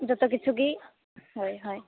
ᱡᱚᱛᱚ ᱠᱤᱪᱷᱩ ᱜᱮ ᱦᱳᱭ ᱦᱳᱭ